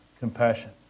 compassion